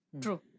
True